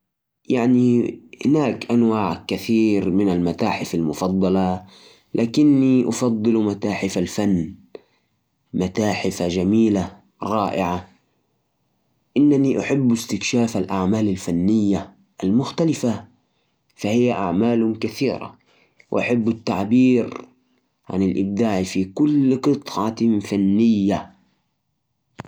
خليني أقول نوع المتاحف المفضل لي هو المتاحف التاريخية أستمتع بزيارتها لأنها تعطيك فكرة عن الثقافات السابقة وتاريخ الشعوب أحب رؤيه المعروضات القديمة والتعرف على القصص اللي وراءها المتاحف التاريخية تخليك تحس بعظمة الماضي وتفهم كيف تطورت الشعوب والحضارات وهذا شئ يجذبني ويثريني بالمعلومات